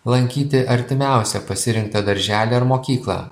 lankyti artimiausią pasirinktą darželį ar mokyklą